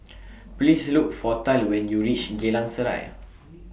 Please Look For Tal when YOU REACH Geylang Serai